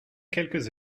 quelques